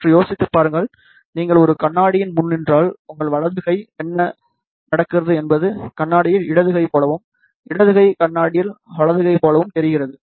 சற்று யோசித்துப் பாருங்கள் நீங்கள் ஒரு கண்ணாடியின் முன் நின்றால் உங்கள் வலது கை என்ன நடக்கிறது என்பது கண்ணாடியில் இடது கை போலவும் இடது கை கண்ணாடியில் வலது கை போலவும் தெரிகிறது